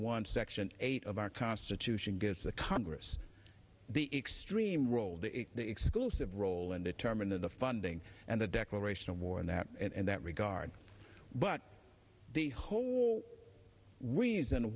one section eight of our constitution it's the congress the extreme role the exclusive role in determining the funding and the declaration of war and that and that regard but the whole reason